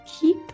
keep